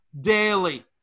daily